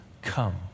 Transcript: come